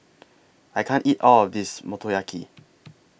I can't eat All of This Motoyaki